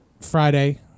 Friday